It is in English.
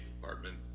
department